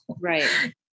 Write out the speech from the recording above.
Right